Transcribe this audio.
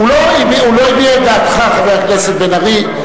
הוא לא הביע את דעתך, חבר הכנסת בן-ארי.